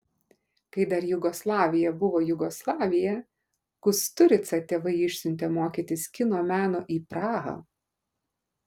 kai dar jugoslavija buvo jugoslavija kusturicą tėvai išsiuntė mokytis kino meno į prahą